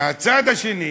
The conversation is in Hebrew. ומהצד השני